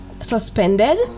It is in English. suspended